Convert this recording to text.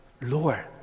Lord